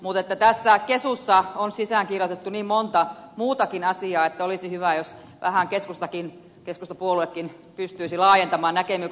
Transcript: mutta tässä kesussa on sisäänkirjoitettu niin monta muutakin asiaa että olisi hyvä jos keskustapuoluekin pystyisi vähän laajentamaan näkemyksiään